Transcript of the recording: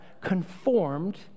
conformed